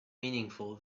meaningful